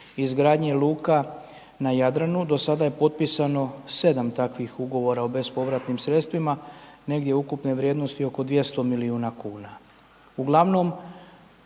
izgradnje luka na Jadranu, do sada je potpisano 7 takvih ugovora o bespovratnim sredstvima, negdje ukupne vrijednosti oko 200 milijuna kuna.